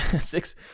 six